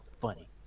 funny